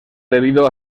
debido